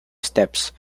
steps